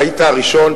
היית ראשון,